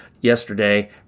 yesterday